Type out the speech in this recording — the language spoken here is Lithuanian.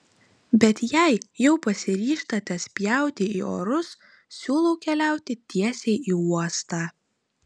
bet jei jau pasiryžtate spjauti į orus siūlau keliauti tiesiai į uostą